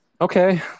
okay